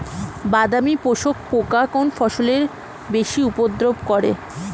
বাদামি শোষক পোকা কোন ফসলে বেশি উপদ্রব করে?